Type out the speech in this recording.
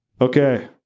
Okay